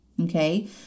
okay